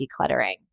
decluttering